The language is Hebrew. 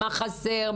מה חסר,